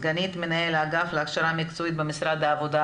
סגנית מנהל האגף להכשרה מקצועית במשרד העבודה,